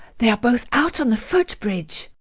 they are both out on the foot-bridge!